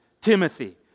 Timothy